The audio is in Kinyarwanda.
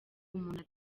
umuntu